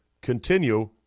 Continue